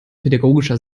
pädagogischer